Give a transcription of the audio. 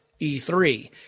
E3